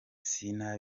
sina